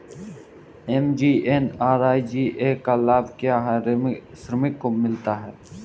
MGNREGA का लाभ क्या हर श्रमिक को मिलता है?